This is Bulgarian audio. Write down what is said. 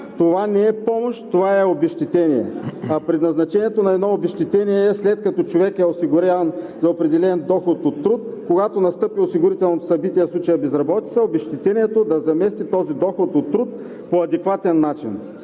това не е помощ, това е обезщетение, а предназначението на едно обезщетение е, след като човек е осигуряван на определен доход от труд, когато настъпи осигурителното събитие, в случая безработица, обезщетението да замести този доход от труд по адекватен начин.